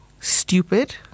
stupid